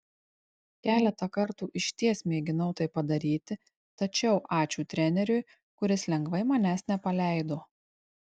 keletą kartų išties mėginau tai padaryti tačiau ačiū treneriui kuris lengvai manęs nepaleido